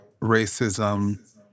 racism